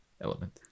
element